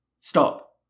stop